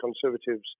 Conservatives